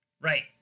right